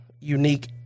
unique